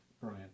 Brian